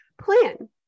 plan